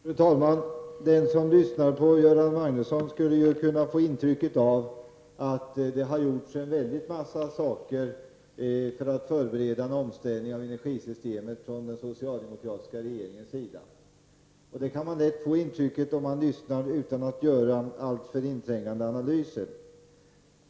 Fru talman! Den som lyssnar på Göran Magnusson skulle kunna få intrycket att den socialdemokratiska regeringen har gjort väldigt många saker för att förbereda en omställning av energisystemet. Det intrycket kan man lätt få om man lyssnar utan att göra alltför inträngande analyser.